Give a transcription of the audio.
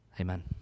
amen